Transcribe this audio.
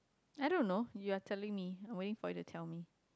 I don't know you are telling me I'm waiting for you to tell me